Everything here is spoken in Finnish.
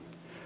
hun